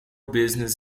business